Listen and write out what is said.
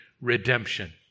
redemption